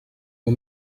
nur